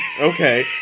Okay